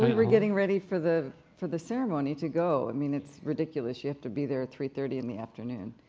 were getting ready for the for the ceremony to go. i mean it's ridiculous, you have to be there at three thirty in the afternoon,